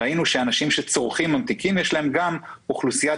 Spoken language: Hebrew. שאנשים שצורכים ממתיקים יש להם גם אוכלוסיית